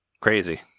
crazy